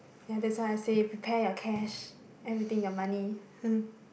ya that's why I say prepare your cash everything your money